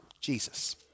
Jesus